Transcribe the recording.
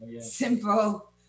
Simple